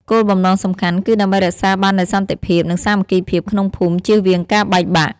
គោលបំណងសំខាន់គឺដើម្បីរក្សាបាននូវសន្តិភាព និងសាមគ្គីភាពក្នុងភូមិជៀសវាងការបែកបាក់។